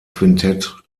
quintett